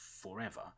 forever